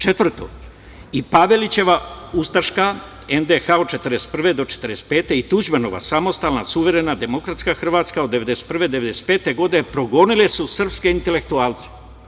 Četvrto, i Pavelićeva ustaška NDH od 1941. do 1945. godine i Tuđmanova samostalna, suverena, demokratska Hrvatska od 1991. do 1995. godine progonile su srpske intelektualce.